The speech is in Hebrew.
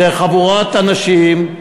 זו חבורת אנשים,